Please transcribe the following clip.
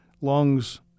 lungs